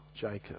Jacob